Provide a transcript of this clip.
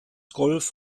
golf